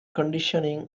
conditioning